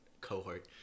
cohort